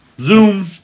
Zoom